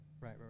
right